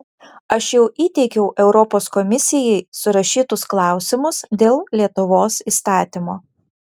aš jau įteikiau europos komisijai surašytus klausimus dėl lietuvos įstatymo